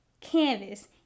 canvas